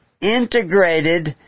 integrated